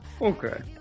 Okay